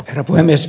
herra puhemies